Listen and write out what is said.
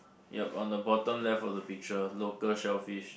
yup on the bottom left of the picture local shell fish